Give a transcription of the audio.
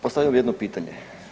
Postavio bih jedno pitanje.